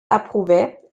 approuvait